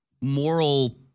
moral